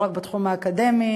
לא רק בתחום האקדמי,